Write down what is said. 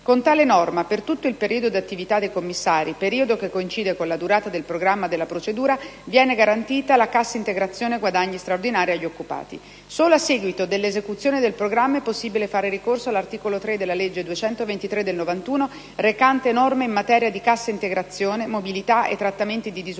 Con tale norma, per tutto il periodo di attività dei commissari, periodo che coincide con la durata del programma della procedura, viene garantita la Cassa integrazione guadagni straordinaria agli occupati. Solo a seguito della esecuzione del programma è possibile fare ricorso all'articolo 3 della legge n. 223 del 1991 recante norme in materia di cassa integrazione, mobilità e trattamenti di disoccupazione